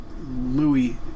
Louis